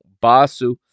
Basu